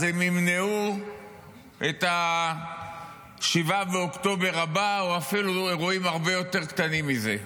אז הם ימנעו את 7 באוקטובר הבא או אפילו אירועים הרבה יותר קטנים מזה.